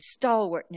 stalwartness